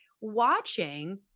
watching